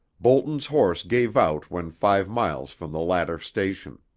boulton's horse gave out when five miles from the latter station.